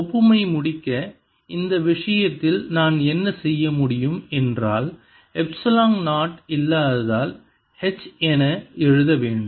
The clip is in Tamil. ஒப்புமையை முடிக்க இந்த விஷயத்தில் நான் என்ன செய்ய முடியும் என்றால் எப்சிலன் 0 இல்லாததால் H என எழுத வேண்டும்